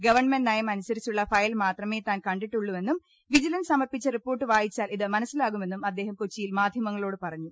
government നയം അനുസരിച്ചുള്ള file മാത്രമേ താൻ കണ്ടിണ്ടുള്ളുവെന്നും വിജിലൻസ് സമർപ്പിച്ച റിപ്പോർട്ട് വായിച്ചാൽ ഇത് മനസ്സിലാകുമെന്നും അദ്ദേഹം കൊച്ചിയിൽ മാധ്യമങ്ങളോട് പറഞ്ഞു